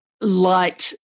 light